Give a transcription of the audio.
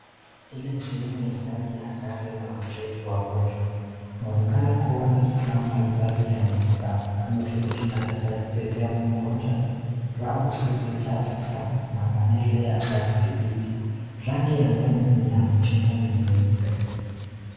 Hili ni sehemu ya ndani ya gari la wagonjwa. Inaonekana kuwa na vifaa mbalimbali vya matibabu, kama vile kitanda cha kubebea mgonjwa, rafu zilizojaa vifaa na paneli ya kudhibiti. Rangi ya ndani ni ya machungwa na nyeupe.